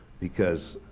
because,